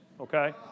okay